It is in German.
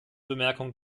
bemerkung